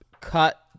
cut